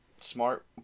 smart